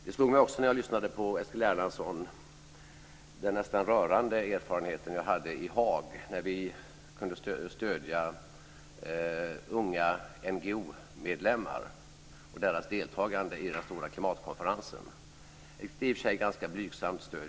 Det slog mig också när jag lyssnade på Eskil Erlandsson att jag fick en nästan rörande erfarenhet i Haag när vi kunde stödja unga NGO-medlemmar och deras deltagande i den stora klimatkonferensen. Det var ett i och för sig ganska blygsamt stöd.